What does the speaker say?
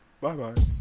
Bye-bye